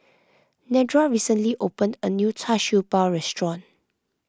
Nedra recently opened a new Char Siew Bao restaurant